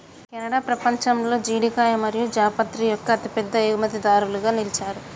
Canada పపంచంలో జీడికాయ మరియు జాపత్రి యొక్క అతిపెద్ద ఎగుమతిదారులుగా నిలిచారు